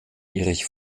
erich